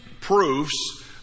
proofs